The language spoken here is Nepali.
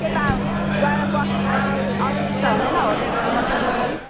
त्यता गएर बस्नुओर्नु असुविस्ता हुँदैन होटलहरू कस्तो छ कुनि